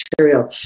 material